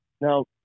Now